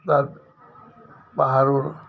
তাত পাহাৰৰ